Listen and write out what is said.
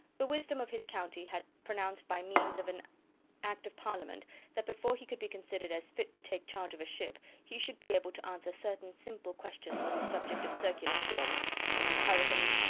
the wisdom of his county had pronounced by means of an act of parliament that before he could be considered as fit to take charge of a ship he should be able to answer certain simple questions on the subject of circular storms such as hurricanes,